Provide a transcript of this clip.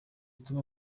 gutuma